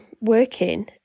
working